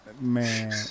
Man